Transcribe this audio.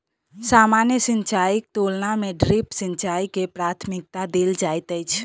सामान्य सिंचाईक तुलना मे ड्रिप सिंचाई के प्राथमिकता देल जाइत अछि